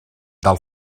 del